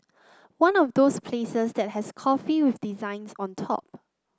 one of those places that has coffee with designs on top